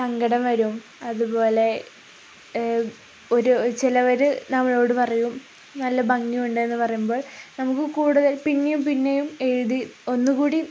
സങ്കടം വരും അതുപോലെ ഒരു ചിലവര് നമ്മളോടു പറയും നല്ല ഭംഗിയുണ്ടെന്നു പറയുമ്പോൾ നമുക്കു കൂടുതൽ പിന്നെയും പിന്നെയും എഴുതി ഒന്നുകൂടി